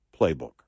playbook